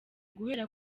guhera